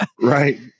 Right